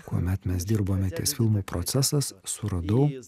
kuomet mes dirbome ties filmu procesas suradau